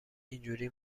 اینجوری